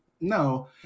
no